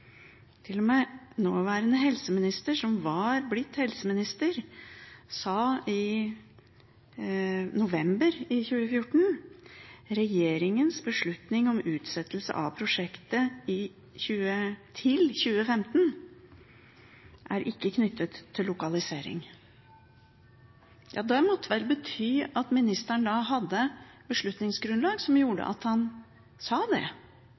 med nåværende helseminister, som var blitt helseminister, sa i november 2014: «Regjeringens beslutning om utsettelse av prosjektet til 2015 er ikke knyttet til lokalisering». Det må vel bety at ministeren hadde beslutningsgrunnlag som gjorde at han sa det.